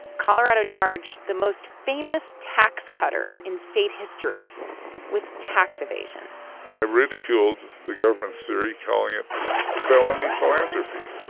colorado charged the most famous tax cutter in state history with tax evasion i ridiculed the government's theory, calling it felony philanthropy.